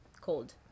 cold